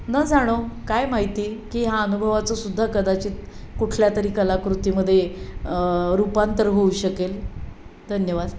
न जाणो काय माहिती की हा अनुभवाचं सुद्धा कदाचित कुठल्या तरी कलाकृतीमध्ये रूपांतर होऊ शकेल धन्यवाद